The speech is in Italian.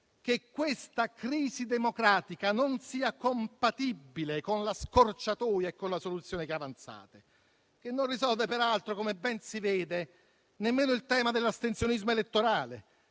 che questa crisi democratica non sia compatibile con la scorciatoia e con la soluzione che avanzate, che non risolve peraltro, come ben si vede, nemmeno il tema dell'astensionismo elettorale,